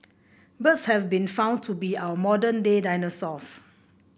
birds have been found to be our modern day dinosaurs